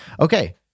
Okay